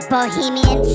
Bohemian